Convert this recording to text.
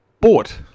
bought